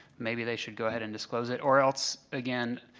maybe they should go ahead and disclose it or else, again,